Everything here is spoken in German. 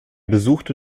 besuchte